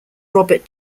robert